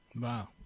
Wow